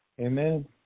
Amen